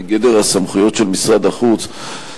מגדר הסמכויות של משרד החוץ,